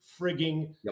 frigging